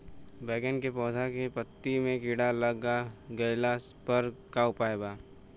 बैगन के पौधा के पत्ता मे कीड़ा लाग गैला पर का उपाय बा?